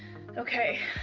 okay,